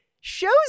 shows